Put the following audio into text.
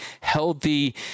healthy